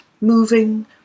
moving